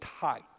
tight